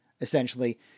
essentially